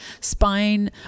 spine